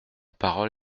parole